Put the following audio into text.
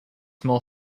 more